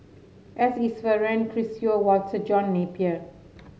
S Iswaran Chris Yeo Walter John Napier